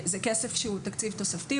זה כסף שהוא תקציב תוספתי,